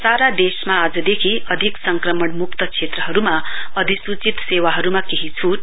सारा देशमा आजदेखि अधिक संक्कमणयुक्त क्षेत्रहरूमा अधिसूचित सेवाहरूमा केही छूट